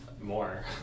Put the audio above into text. More